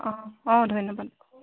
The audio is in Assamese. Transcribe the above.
অঁ অঁ ধন্যবাদ